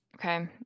Okay